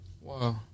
Wow